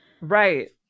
Right